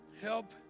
Help